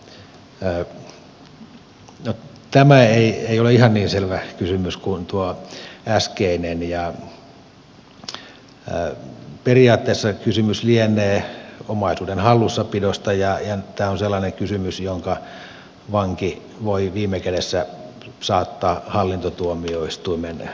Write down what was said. no tämä ei ole ihan niin selvä kysymys kuin tuo äskeinen ja periaatteessa kysymys lienee omaisuuden hallussapidosta ja tämä on sellainen kysymys jonka vanki voi viime kädessä saattaa hallintotuomioistuimen käsiteltäväksi